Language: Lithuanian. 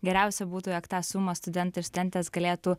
geriausia būtų jog tą sumą studentai ir studentės galėtų